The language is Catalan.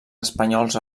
espanyols